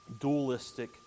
dualistic